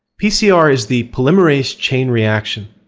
pcr is the polymerase chain reaction,